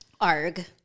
Arg